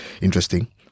interesting